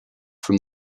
from